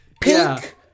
pink